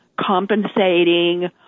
compensating